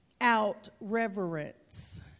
out-reverence